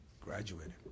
graduated